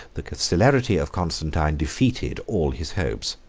the celerity of constantine defeated all his hopes.